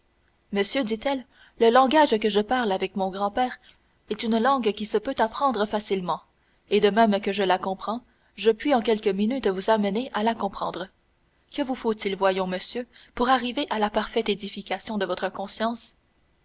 monsieur dit-elle la langue que je parle avec mon grand-père est une langue qui se peut apprendre facilement et de même que je la comprends je puis en quelques minutes vous amener à la comprendre que vous faut-il voyons monsieur pour arriver à la parfaite édification de votre conscience